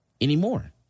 anymore